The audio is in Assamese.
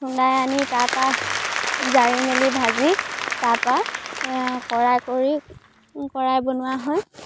খুন্দাই আনি তাৰপৰা জাৰি মেলি ভাজি তাৰপৰা কৰাই কৰি কৰাই বনোৱা হয়